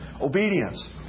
Obedience